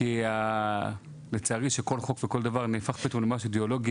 כי לצערי כל חוק וכל דבר הופך למשהו אידיאולוגי